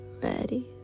ready